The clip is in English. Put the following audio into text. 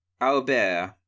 Albert